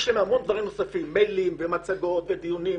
יש להם המון דברים נוספים: מיילים ומצגות ודיונים.